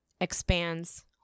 expands